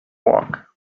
walk